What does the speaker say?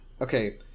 Okay